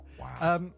Wow